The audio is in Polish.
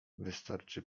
wystarczy